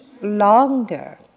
longer